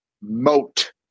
moat